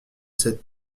cette